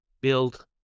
build